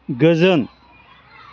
गोजोन